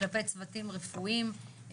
כלפי צוותים רפואיים,